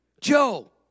Joe